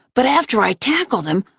but after i tackled him,